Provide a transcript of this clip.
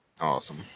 Awesome